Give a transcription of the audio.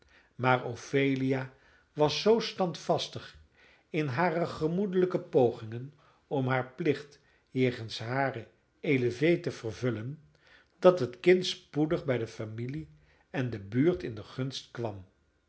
maar ophelia was zoo standvastig in hare gemoedelijke pogingen om haar plicht jegens hare élève te vervullen dat het kind spoedig bij de familie en de buurt in de gunst kwam